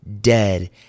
dead